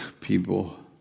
people